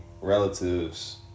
relatives